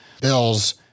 bills